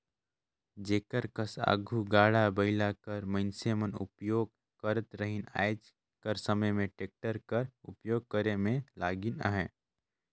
जेकर कस आघु गाड़ा बइला कर मइनसे मन उपियोग करत रहिन आएज कर समे में टेक्टर कर उपियोग करे में लगिन अहें